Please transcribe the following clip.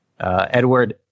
Edward